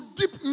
deep